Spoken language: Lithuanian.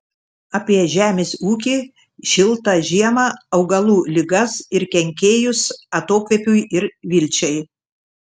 apie žemės ūkį šiltą žiemą augalų ligas ir kenkėjus atokvėpiui ir vilčiai